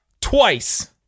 Twice